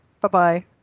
Bye-bye